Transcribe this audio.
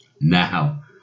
Now